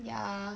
ya